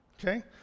Okay